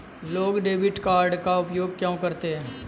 लोग debit card का उपयोग क्यों करते हैं?